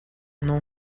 non